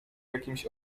jakimś